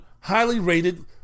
highly-rated